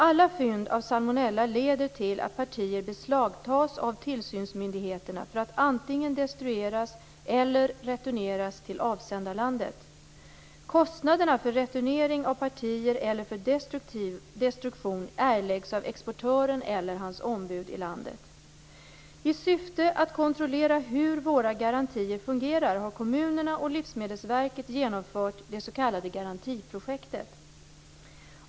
Alla fynd av salmonella leder till att partier beslagtas av tillsynsmyndigheterna för att antingen destrueras eller returneras till avsändarlandet. Kostnaderna för returnering av partier eller för destruktion erläggs av exportören eller hans ombud i landet. I syfte att kontrollera hur våra garantier fungerar har kommunerna och Livsmedelsverket genomfört det s.k. garantiprojektet.